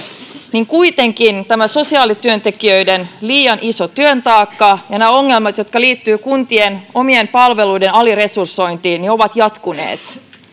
kuitenkin tämä sosiaalityöntekijöiden liian iso työtaakka ja nämä ongelmat jotka liittyvät kuntien omien palveluiden aliresursointiin ovat jatkuneet